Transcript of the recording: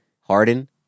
Harden